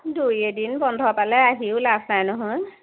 দুই এদিন বন্ধ পালে আহিও লাভ নাই নহয়